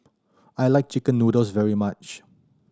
I like chicken noodles very much